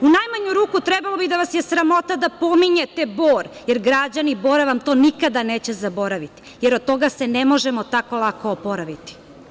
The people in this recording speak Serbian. U najmanju ruku trebalo bi da vas je sramota da pominjete Bor, jer građani Bora vam to nikada neće zaboraviti, jer od toga se ne možemo tako lako oporaviti.